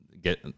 get